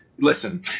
listen